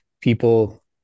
people